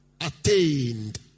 attained